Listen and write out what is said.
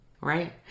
right